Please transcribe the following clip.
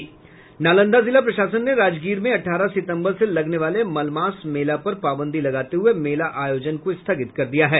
नालंदा जिला प्रशासन ने राजगीर में अठारह सितम्बर से लगने वाले मलमास मेला पर पाबंदी लगाते हुए मेला आयोजन को स्थगित कर दिया है